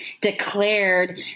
declared